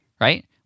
right